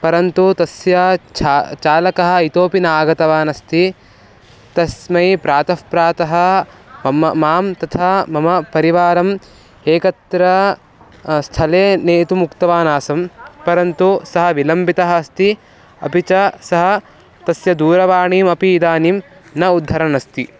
परन्तु तस्य छा चालकः इतोपि न आगतवान् अस्ति तस्मै प्रातः प्रातः मम मां तथा मम परिवारम् एकत्र स्थले नेतुम् उक्तवान् आसम् परन्तु सः विलम्बितः अस्ति अपि च सः तस्य दूरवाणीमपि इदानीं न उद्धरन् अस्ति